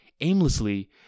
aimlessly